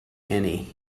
annie